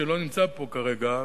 שלא נמצא פה כרגע,